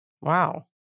Wow